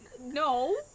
no